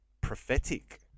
prophetic